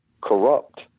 corrupt